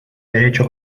derecho